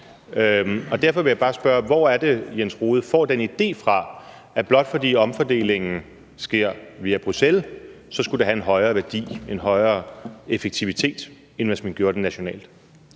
Derfor vil jeg bare spørge: Hvor er det, hr. Jens Rohde får den idé fra, at blot fordi omfordelingen sker via Bruxelles, så skulle det have en højere værdi, en højere effektivitet, end hvis man gjorde det nationalt?